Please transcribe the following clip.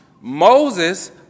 Moses